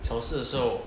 小四的时候